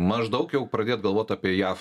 maždaug jau pradėt galvot apie jav